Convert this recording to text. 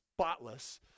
spotless